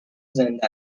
زنده